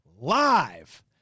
live